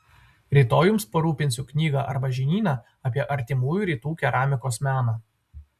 rytoj jums parūpinsiu knygą arba žinyną apie artimųjų rytų keramikos meną